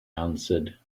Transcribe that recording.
answered